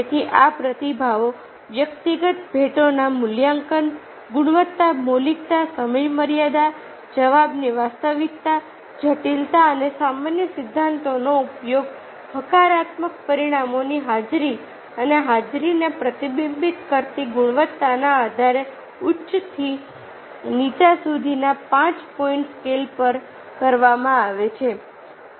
તેથી આ પ્રતિભાવો વ્યક્તિગત ભેટોનું મૂલ્યાંકન ગુણવત્તા મૌલિકતા સમયમર્યાદા જવાબની વાસ્તવિકતા જટિલતા અને સામાન્ય સિદ્ધાંતોનો ઉપયોગ હકારાત્મક પરિણામોની હાજરી અને હાજરીને પ્રતિબિંબિત કરતી ગુણવત્તાના આધારે ઉચ્ચથી નીચા સુધીના 5 પોઇન્ટ સ્કેલ પર કરવામાં આવે છે